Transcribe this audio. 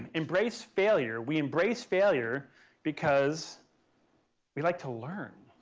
embrace failure. we embrace failure because we like to learn.